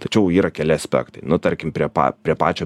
tačiau yra keli aspektai nu tarkim prie pa prie pačio